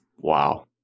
Wow